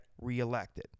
reelected